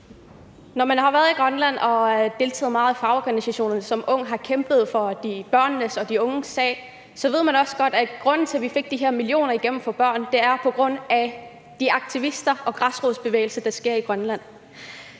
Når man har været i Grønland og deltaget meget i fagorganisationerne som ung og har kæmpet for børnenes og de unges sag, så ved man også godt, at grunden til, at vi fik de her millioner igennem for børn, er de aktivister og græsrodsbevægelser, der er i Grønland.